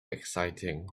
exciting